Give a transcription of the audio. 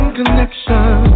connection